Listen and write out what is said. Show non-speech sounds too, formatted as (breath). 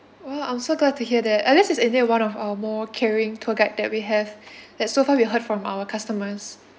well I'm so glad to hear that alice is indeed one of our more caring tour guide that we have (breath) that so far we heard from our customers